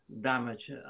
damage